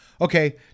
Okay